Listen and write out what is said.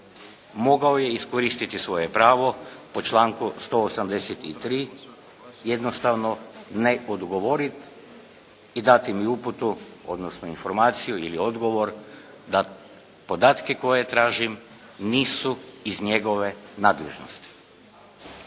mogao je iskoristiti svoje pravo po članku 183. jednostavno ne odgovoriti i dati mi uputu, odnosno informaciju ili odgovor da podatke koje tražim nisu iz njegove nadležnosti.